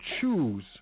choose